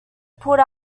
pulled